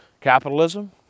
capitalism